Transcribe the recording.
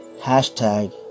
Hashtag